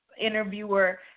interviewer